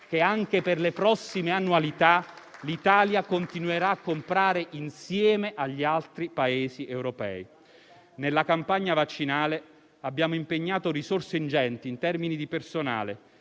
che anche per le prossime annualità l'Italia continuerà a comprare insieme agli altri Paesi europei. Nella campagna vaccinale abbiamo impegnato risorse ingenti in termini di personale,